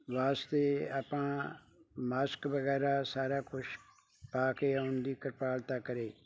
ਵਾਸਤੇ ਆਪਾਂ ਮਾਸਕ ਵਗੈਰਾ ਸਾਰਾ ਕੁਛ ਪਾ ਕੇ ਆਉਣ ਦੀ ਕ੍ਰਿਪਾਲਤਾ ਕਰੇ